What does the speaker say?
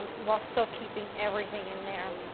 while still keeping everything in there,